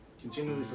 continually